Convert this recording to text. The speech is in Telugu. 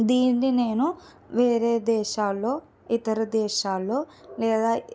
దీన్ని నేను వేరే దేశాల్లో ఇతర దేశాల్లో లేదా